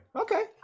okay